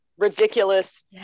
ridiculous